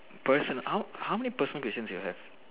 personal how many how many personal questions you have